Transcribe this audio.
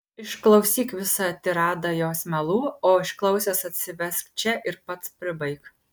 išklausyk visą tiradą jos melų o išklausęs atsivesk čia ir pats pribaik